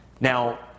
Now